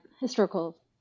historical